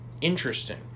Interesting